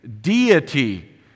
deity